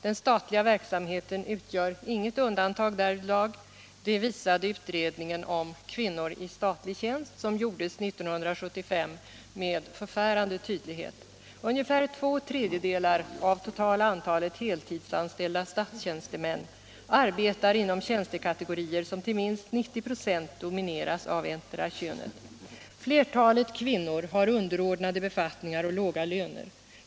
Den statliga verksamheten utgör inget undantag där vidlag. Det visade med förfärande tydlighet den utredning om kvinnor i statlig tjänst som gjordes 1975. Ungefär två tredjedelar av totala antalet heltidsanställda statstjänstemän arbetar inom tjänstekategorier som till minst 90 96 domineras av ettdera könet. Flertalet kvinnor har underordnade befattningar och låga löner.